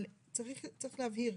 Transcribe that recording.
אבל צריך להבהיר,